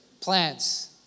plans